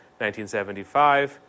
1975